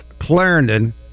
Clarendon